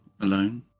alone